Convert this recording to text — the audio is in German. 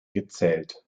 gezählt